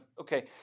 Okay